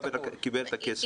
בא וקיבל את הכסף.